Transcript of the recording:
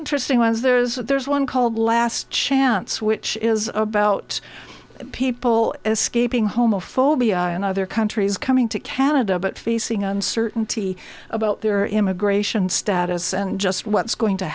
interesting ones there's there's one called last chance which is about people escaping homophobia in other countries coming to canada but facing uncertainty about their immigration status and just what's going to